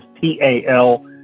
T-A-L